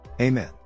Amen